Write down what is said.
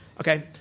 Okay